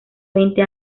veinte